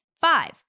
Five